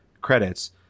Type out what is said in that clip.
credits